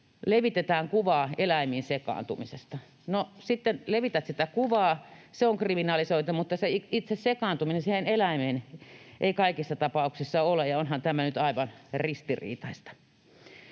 jossa kuvataan eläimiin sekaantumista. Eli kun levität sitä kuvaa, se on kriminalisoitu, mutta itse se eläimeen sekaantuminen ei kaikissa tapauksissa ole, ja onhan tämä nyt aivan ristiriitaista.